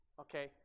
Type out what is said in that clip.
Okay